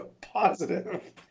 positive